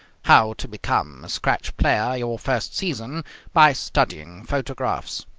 how to become a scratch player your first season by studying photographs.